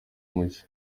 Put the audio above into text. mushya